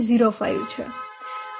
05 છે